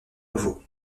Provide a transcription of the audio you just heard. nouveau